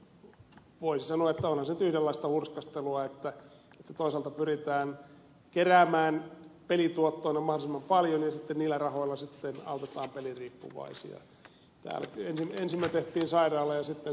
voisi sanoa että onhan se nyt yhdenlaista hurskastelua että toisaalta pyritään keräämään pelituottoina mahdollisimman paljon ja sitten niillä rahoilla autetaan peliriippuvaisia jälkeen ensimmätettiin saada vain siten